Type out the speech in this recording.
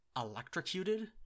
electrocuted